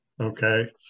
okay